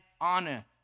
honor